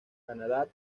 canadá